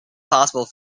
possible